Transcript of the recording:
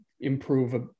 improve